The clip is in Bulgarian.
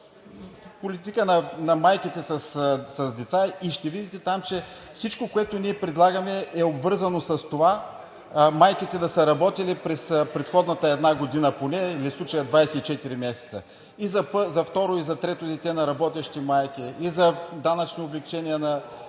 в посока на майките с деца и ще видите, че всичко, което ние предлагаме, е обвързано с това майките да са работили през предходната една година поне, или в случая 24 месеца – и за второ, и за трето дете на работещи майки, и за данъчни облекчения на